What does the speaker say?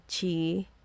Chi